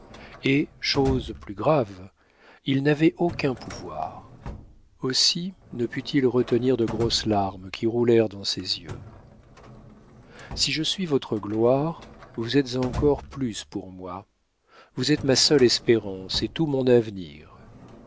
et chose plus grave il n'avait aucun pouvoir aussi ne put-il retenir de grosses larmes qui roulèrent dans ses yeux si je suis votre gloire vous êtes encore plus pour moi vous êtes ma seule espérance et tout mon avenir